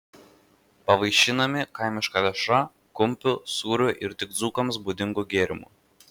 pavaišinami kaimiška dešra kumpiu sūriu ir tik dzūkams būdingu gėrimu